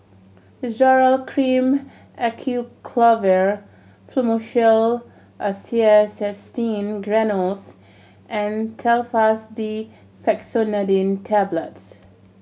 Zoral Cream Acyclovir Fluimucil Acetylcysteine Granules and Telfast D Fexofenadine Tablets